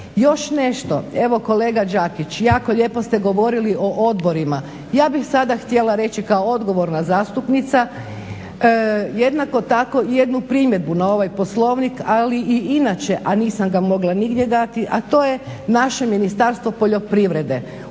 Još nešto, evo kolega Đakić, jako lijepo se govorili o odborima. Ja bih sada htjeli reći kao odgovorna zastupnica jednako tako jednu primjedbu na ovaj Poslovnik, ali i inače a nisam ga mogla nigdje dati, a to je naše Ministarstvo poljoprivrede